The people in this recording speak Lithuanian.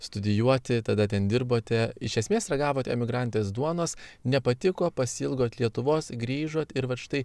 studijuoti tada ten dirbote iš esmės ragavot emigrantės duonos nepatiko pasiilgot lietuvos grįžot ir vat štai